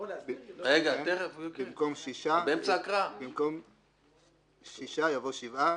במקום "שישה" יבוא "שבעה".